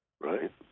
Right